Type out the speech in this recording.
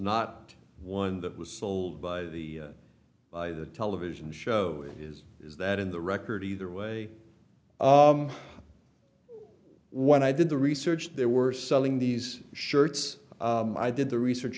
not one that was sold by the by the television show is is that in the record either way what i did the research there were selling these shirts i did the research